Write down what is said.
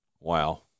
Wow